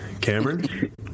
Cameron